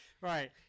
Right